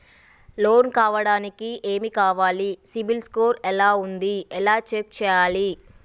Loan కావడానికి ఏమి కావాలి సిబిల్ స్కోర్ ఎలా ఉంది ఎలా చెక్ చేయాలి?